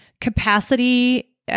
Capacity